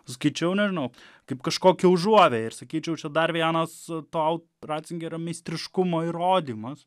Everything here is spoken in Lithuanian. skaičiau nežinau kaip kažkokią užuovėją ir sakyčiau čia dar vienas to racingerio meistriškumo įrodymas